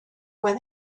what